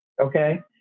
Okay